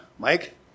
Mike